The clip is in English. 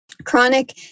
chronic